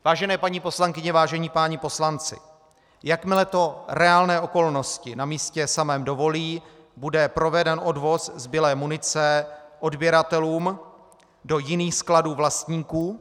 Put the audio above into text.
Vážené paní poslankyně, vážení páni poslanci, jakmile to reálné okolnosti na místě samém dovolí, bude proveden odvoz zbylé munice odběratelům do jiných skladů vlastníků.